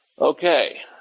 Okay